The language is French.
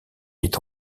est